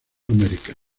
american